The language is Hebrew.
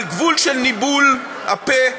על גבול ניבול הפה,